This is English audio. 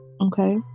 okay